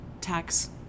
tax